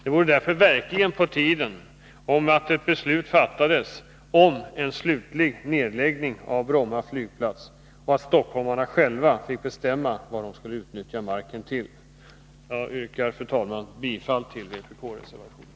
Det vore därför verkligen på tiden att ett beslut fattades om slutlig nedläggning av Bromma som flygplats och att stockholmarna själva fick bestämma vad de skall utnyttja marken till. Fru talman! Jag yrkar bifall till vpk-reservationen.